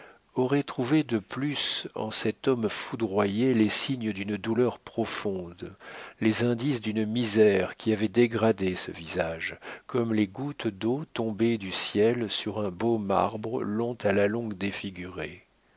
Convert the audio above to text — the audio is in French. aurait trouvé de plus en cet homme foudroyé les signes d'une douleur profonde les indices d'une misère qui avait dégradé ce visage comme les gouttes d'eau tombées du ciel sur un beau marbre l'ont à la longue défiguré